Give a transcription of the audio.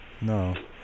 no